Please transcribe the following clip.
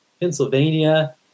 Pennsylvania